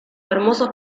hermosos